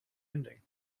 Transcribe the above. ending